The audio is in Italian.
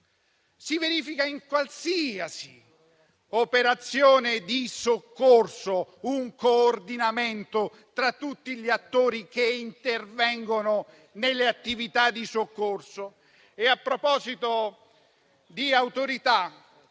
si verifica in qualsiasi operazione di soccorso: un coordinamento tra tutti gli attori che intervengono nelle attività di soccorso. A proposito di autorità,